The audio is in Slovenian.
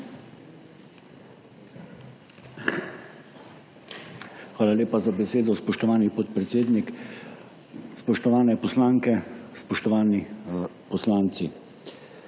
Hvala lepa za besedo, spoštovani podpredsednik. Spoštovane poslanke, spoštovani poslanci!